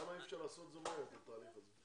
למה אי אפשר לעשות את התהליך הזה מהר?